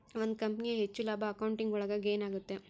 ಒಂದ್ ಕಂಪನಿಯ ಹೆಚ್ಚು ಲಾಭ ಅಕೌಂಟಿಂಗ್ ಒಳಗ ಗೇನ್ ಆಗುತ್ತೆ